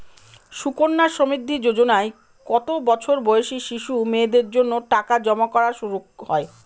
সুকন্যা সমৃদ্ধি যোজনায় কত বছর বয়সী শিশু মেয়েদের জন্য টাকা জমা করা শুরু হয়?